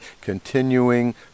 continuing